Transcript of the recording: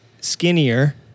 skinnier